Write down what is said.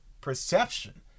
perception